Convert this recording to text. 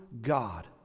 God